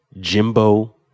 Jimbo